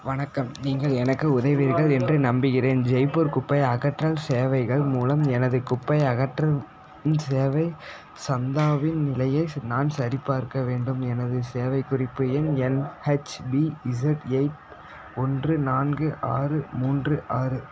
வணக்கம் நீங்கள் எனக்கு உதவுவீர்கள் என்று நம்புகிறேன் ஜெய்ப்பூர் குப்பை அகற்றல் சேவைகள் மூலம் எனது குப்பை அகற்றும் சேவை சந்தாவின் நிலையை நான் சரிபார்க்க வேண்டும் எனது சேவைக் குறிப்பு எண் N H P Z eight ஒன்று நான்கு ஆறு மூன்று ஆறு